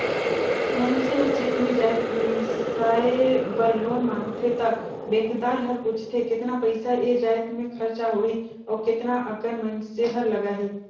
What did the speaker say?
मइनसे हर जेन भी जाएत बिसाए बर लोन मांगथे त बेंकदार हर पूछथे केतना पइसा ए जाएत में खरचा होही अउ केतना अकन मइनसे हर लगाही